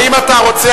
האם אתה רוצה,